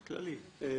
אזריאל,